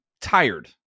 tired